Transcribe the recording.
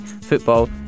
football